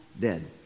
dead